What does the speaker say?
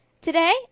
Today